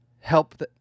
help